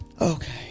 Okay